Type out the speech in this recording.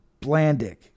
Blandick